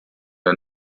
der